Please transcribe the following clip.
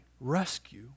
rescue